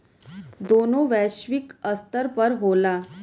दोनों वैश्विक स्तर पर होला